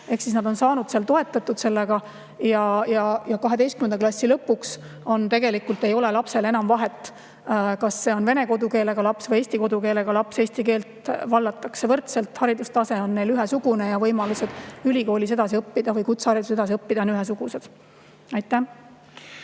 nad on seal saanud sellega toetatud ja 12. klassi lõpuks tegelikult ei ole enam vahet, kas see on vene kodukeelega laps või eesti kodukeelega laps. Eesti keelt vallatakse võrdselt, haridustase on neil ühesugune ja võimalused ülikoolis edasi õppida või kutsehariduses edasi õppida on ühesugused. Toomas